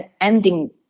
ending